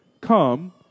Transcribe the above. Come